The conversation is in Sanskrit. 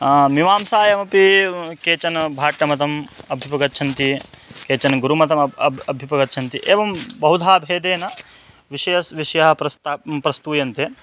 मीमांसायामपि केचन भाट्टमतम् अभ्युपगच्छन्ति केचन गुरुमतम् अब् अब् अभ्युपगच्छन्ति एवं बहुधा भेदेन विषयः विषयः प्रस्ता प्रस्तूयन्ते